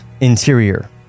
Interior